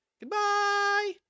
Goodbye